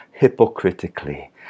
hypocritically